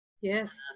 yes